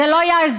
זה לא יעזור.